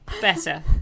better